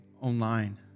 online